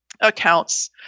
accounts